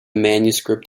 manuscript